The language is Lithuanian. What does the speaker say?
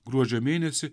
gruodžio mėnesį